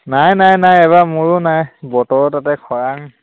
নাই নাই নাই এইবাৰ মোৰো নাই বতৰ তাতে খৰাং